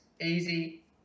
easy